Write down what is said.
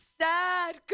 sad